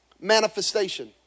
manifestation